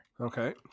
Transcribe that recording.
Okay